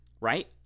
right